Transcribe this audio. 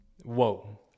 whoa